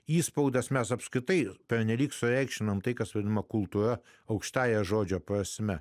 įspaudas mes apskritai pernelyg sureikšminame tai kas vadinama kultūra aukštąja žodžio prasme